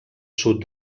sud